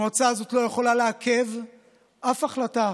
המועצה הזאת לא יכולה לעכב אף החלטה